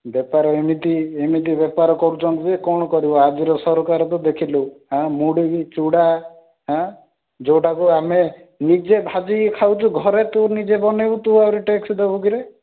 ବେପାର ଏମିତି ଏମିତି ବେପାର କରୁଛନ୍ତି ଯେ କ'ଣ କରିବ ଆଜିର ସରକାର ତ ଦେଖିଲୁ ଆଁ ମୁଢି ଚୂଡ଼ା ହାଁ ଯେଉଁଟାକୁ ଆମେ ନିଜେ ଭାଜିକି ଖାଉଛୁ ଘରେ ତୁ ନିଜେ ବନେଇବୁ ତୁ ଆହୁରି ଟ୍ୟାକ୍ସ ଦବୁକି ରେ